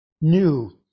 new